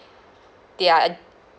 their